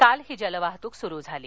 काल ही जलवाहतूक सुरू झाली